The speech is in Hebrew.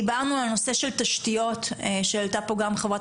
דיברנו על נושא של תשתיות שהעלתה פה גם חברת